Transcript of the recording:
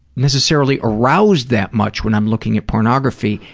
necessarily aroused that much when i'm looking at pornography.